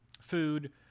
food